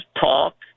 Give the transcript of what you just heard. talk